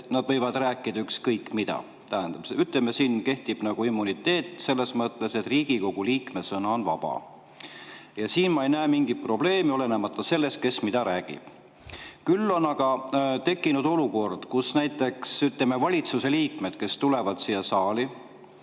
põhimõtteliselt rääkida ükskõik mida. Tähendab, siin kehtib nagu immuniteet selles mõttes, et Riigikogu liikme sõna on vaba. Ja ma ei näe siin mingit probleemi, olenemata sellest, kes mida räägib. Küll on aga tekkinud olukord, kus näiteks valitsuse liikmed, kes tulevad siia saali